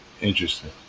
interesting